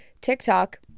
TikTok